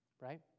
Right